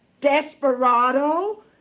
desperado